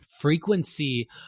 frequency